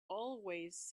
always